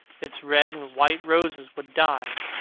its red and white roses would die.